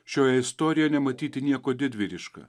šioje istorijoje nematyti nieko didvyriška